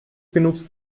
benutzt